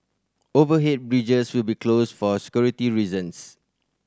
overhead bridges will be closed for security reasons